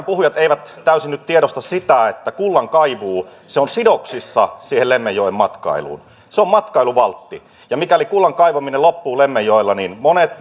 puhujat eivät myöskään täysin nyt tiedosta sitä että kullankaivuu on sidoksissa siihen lemmenjoen matkailuun se on matkailuvaltti ja mikäli kullan kaivaminen loppuu lemmenjoella niin monet